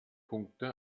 punkte